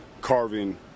carving